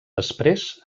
després